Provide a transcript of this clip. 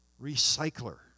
recycler